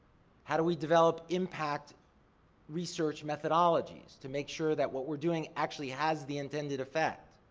how do we develop impact research methodologies to make sure that what we're doing actually has the intended effect?